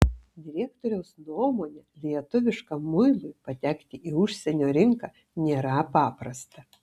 direktoriaus nuomone lietuviškam muilui patekti į užsienio rinką nėra paprasta